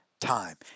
time